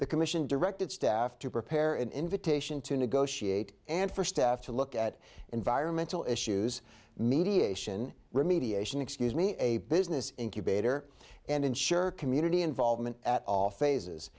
the commission directed staff to prepare an invitation to negotiate and for staff to look at environmental issues mediation remediation excuse me a business incubator and ensure community involvement at all phases